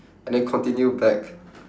and then continued back